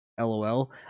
LOL